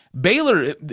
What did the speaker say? Baylor